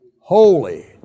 holy